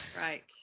right